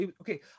Okay